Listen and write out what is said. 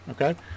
Okay